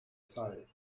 sigh